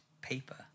paper